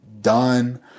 done